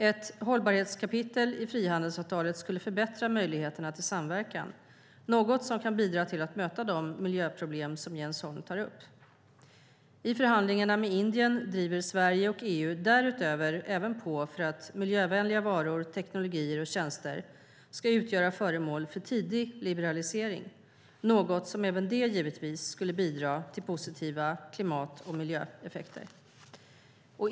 Ett hållbarhetskapitel i frihandelsavtalet skulle förbättra möjligheterna till samverkan, något som kan bidra till att möta de miljöproblem som Jens Holm tar upp. I förhandlingarna med Indien driver Sverige och EU därutöver även på för att miljövänliga varor, teknologier och tjänster ska utgöra föremål för tidig liberalisering, något som även det givetvis skulle bidra till positiva klimat och miljöeffekter.